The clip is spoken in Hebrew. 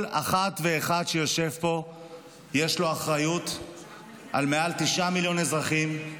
כל אחת ואחד שיושב פה יש לו אחריות על מעל תשעה מיליון אזרחים,